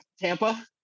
Tampa